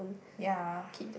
ya